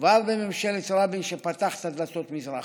כבר בממשלת רבין, שפתח את הדלתות מזרחה.